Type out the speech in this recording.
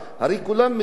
ואנחנו יודעים,